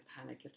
panic